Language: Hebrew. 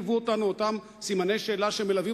ליוו אותנו אותם סימני שאלה שמלווים